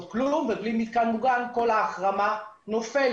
כלום ובלי מתקן מוגן כל ההחרמה נופלת,